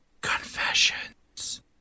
Confessions